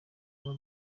kwa